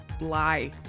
lie